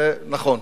זה נכון.